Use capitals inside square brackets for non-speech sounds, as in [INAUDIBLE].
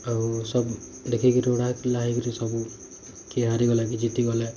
ଆଉ ସବ୍ ଦେଖିକରି ରୁଢା [UNINTELLIGIBLE] ହେଇକରି ସବୁ କିଏ ହାରିଗଲେ କି ଜିତିଗଲେ